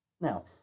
Now